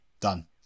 done